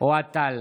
אוהד טל,